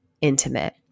intimate